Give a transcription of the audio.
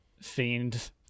fiend